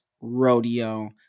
rodeo